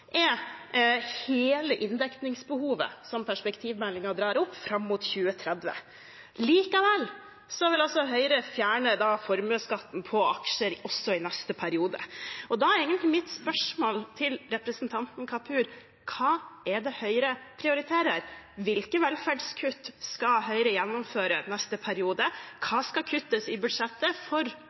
er hele inndekningsbehovet som perspektivmeldingen drar opp fram mot 2030. Likevel vil altså Høyre fjerne formuesskatten på aksjer også i neste periode. Da er egentlig mitt spørsmål til representanten Kapur: Hva er det Høyre prioriterer? Hvilke velferdskutt skal Høyre gjennomføre neste periode? Hva skal kuttes i budsjettet for